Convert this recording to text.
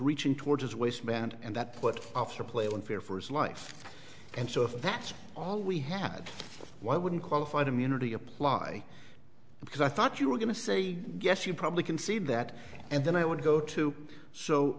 reaching towards his waistband and that put off for play in fear for his life and so if that's all we had why wouldn't qualified immunity apply because i thought you were going to say yes you probably concede that and then i would go to so